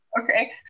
Okay